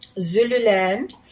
Zululand